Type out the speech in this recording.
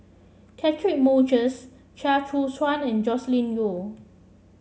Catchick Moses Chia Choo Suan and Joscelin Yeo